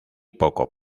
poco